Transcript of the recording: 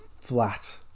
flat